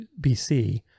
BC